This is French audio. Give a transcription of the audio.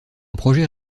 projet